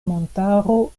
montaro